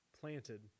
planted